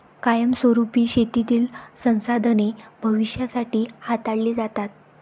कायमस्वरुपी शेतीतील संसाधने भविष्यासाठी हाताळली जातात